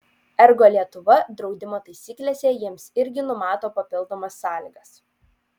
ergo lietuva draudimo taisyklėse jiems irgi numato papildomas sąlygas